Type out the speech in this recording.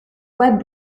web